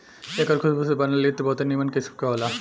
एकर खुशबू से बनल इत्र बहुते निमन किस्म के होला